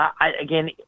Again